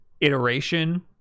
iteration